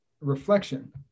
reflection